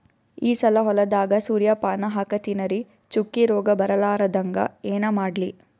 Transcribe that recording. ಈ ಸಲ ಹೊಲದಾಗ ಸೂರ್ಯಪಾನ ಹಾಕತಿನರಿ, ಚುಕ್ಕಿ ರೋಗ ಬರಲಾರದಂಗ ಏನ ಮಾಡ್ಲಿ?